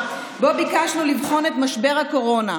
שבו ביקשנו לבחון את משבר הקורונה,